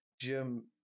Jim